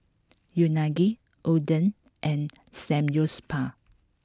Unagi Oden and Samgyeopsal